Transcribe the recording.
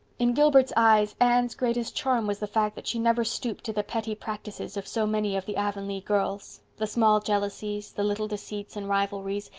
in gilbert's eyes anne's greatest charm was the fact that she never stooped to the petty practices of so many of the avonlea girls the small jealousies, the little deceits and rivalries,